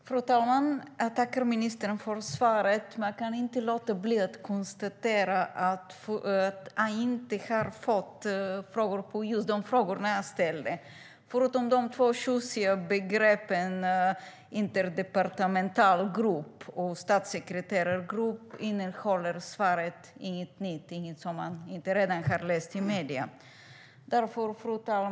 Fru talman! Jag tackar ministern för svaret. Men jag kan inte låta bli att konstatera att jag inte har fått svar på de frågor som jag ställde. Förutom de två tjusiga begreppen interdepartemental grupp och statssekreterargrupp innehåller svaret inget som man inte har läst i medierna.